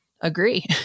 agree